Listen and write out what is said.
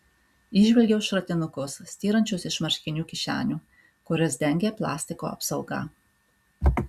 įžvelgiau šratinukus styrančius iš marškinių kišenių kurias dengė plastiko apsauga